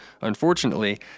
Unfortunately